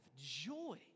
joy